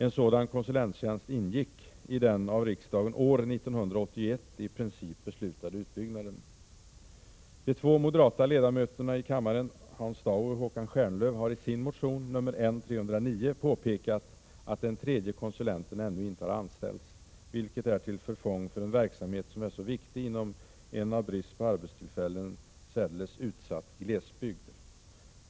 En sådan konsulenttjänst ingick i den av riksdagen år 1981 i princip beslutade utbyggnaden. De två moderata ledamöterna Hans Dau och Håkan Stjernlöf har i sin motion N309 påpekat att den tredje konsulenten ännu inte har anställts, vilket är till förfång för en verksamhet som är så viktig inom en av brist på arbetstillfällen särdeles utsatt glesbygd.